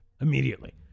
immediately